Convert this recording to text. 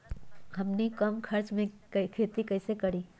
हमनी कम खर्च मे खेती कई से करी?